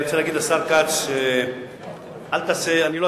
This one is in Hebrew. אני רוצה להגיד לשר כץ,